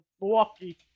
Milwaukee